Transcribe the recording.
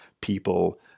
people